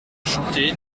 chanter